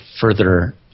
further